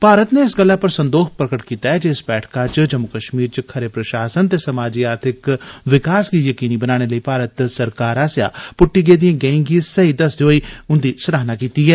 भारत नै इस गल्लै पर संदोख प्रगट कीता ऐ जे इस बैठका च जम्मू कश्मीर च खरे प्रशासन ते समाजी आर्थिक विकास गी यकीनी बनाने लेई भारत सरकार आसेया पुटटी गेदियें गैंई गी सेही दस्सदे होई उन्दी सराहना कीती ऐ